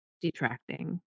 detracting